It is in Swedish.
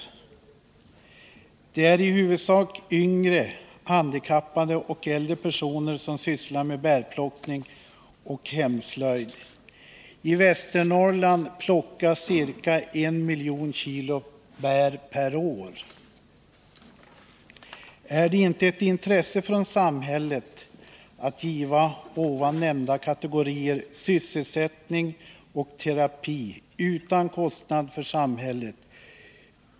Det är i huvudsak yngre, handikappade och äldre personer som sysslar med bärplockning och hemslöjd. I Västernorrland plockas ca 1 miljon kg bär per år. Är det inte ett intresse från samhället att ge nämnda kategorier sysselsättning och terapi utan kostnad för samhället?